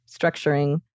structuring